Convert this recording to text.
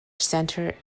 center